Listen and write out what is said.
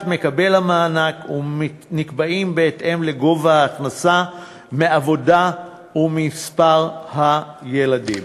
מקבל המענק ונקבעים בהתאם לגובה ההכנסה מעבודה וממספר הילדים.